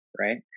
Right